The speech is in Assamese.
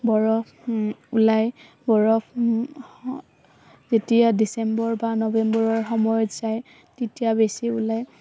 বৰফ ওলায় বৰফ যেতিয়া ডিচেম্বৰ বা নৱেম্বৰৰ সময়ত যায় তেতিয়া বেছি ওলায়